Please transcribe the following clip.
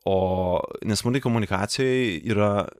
o nesmurtinėj komunikacijoj yra